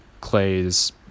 clay's